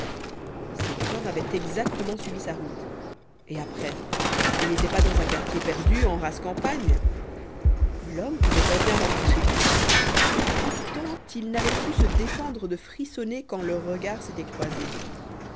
cet homme avait exactement suivi sa route et après il n'était pas dans un quartier perdu en rase campagne l'homme pouvait fort bien rentrer chez lui et pourtant il n'avait pu se défendre de frissonner quand leurs regards s'étaient croisés